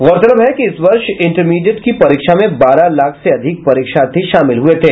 गौरतलब है कि इस वर्ष इंटरमीडिएट की परीक्षा में बारह लाख से अधिक परीक्षार्थी शामिल हुये थे